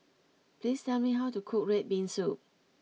please tell me how to cook Red Bean Soup